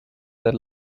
their